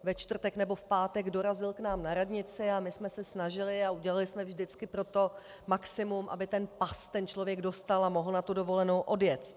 Ve čtvrtek nebo v pátek dorazil k nám na radnici a my jsme se snažili a udělali jsme vždycky pro to maximum, aby pas ten člověk dostal a mohl na dovolenou odjet.